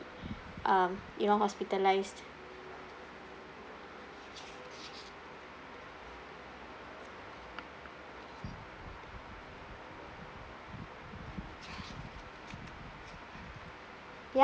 uh you know hospitalised ya